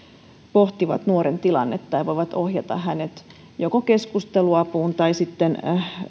pohtivat nuoren tilannetta ja voivat ohjata hänet joko keskusteluapuun tai sitten